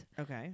Okay